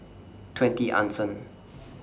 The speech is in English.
twenty Anson